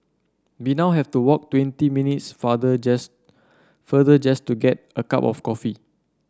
we now have to walk twenty minutes farther just further just to get a cup of coffee